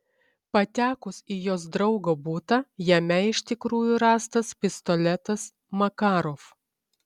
patekus į jos draugo butą jame iš tikrųjų rastas pistoletas makarov